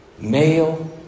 male